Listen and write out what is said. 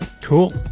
Cool